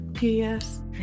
Yes